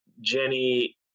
jenny